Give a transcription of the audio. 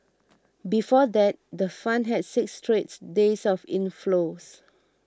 before that the fund had six straight days of inflows